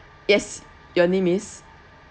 yes your name is